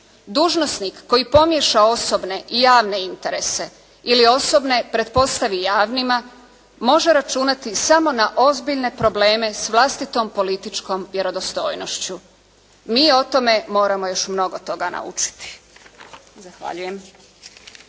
Dužnosnik koji pomiješa osobne i javne interese ili osobne pretpostavi javnima može računati samo na ozbiljne probleme s vlastitom političkom vjerodostojnošću. Mi o tome moramo još mnogo toga naučiti.